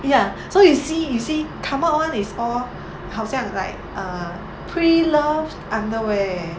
ya so you see you see come up one is all 好像 like uh pre loved underwear